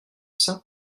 saint